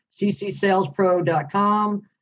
ccsalespro.com